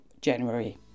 January